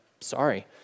sorry